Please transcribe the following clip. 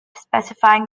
specifying